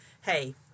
hey